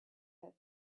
that